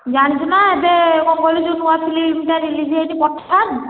ଜାଣିଛୁନା ଏବେ କ'ଣ କହିଲୁ ଯେଉଁ ନୂଆ ଫିଲ୍ମଟା ରିଲିଜ୍ ହୋଇଛି ପଠାନ୍